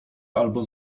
albo